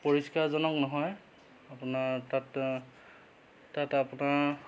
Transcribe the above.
পৰিষ্কাৰজনক নহয় আপোনাৰ তাত তাত আপোনাৰ